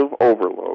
overload